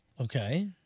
Okay